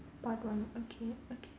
பாக்கலாம்:paakkalaam okay okay